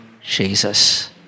Jesus